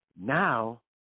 Now